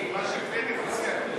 אני, מה שפרי מציע אני תומך.